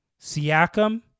Siakam